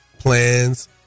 plans